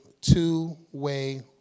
two-way